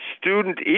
student